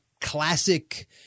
classic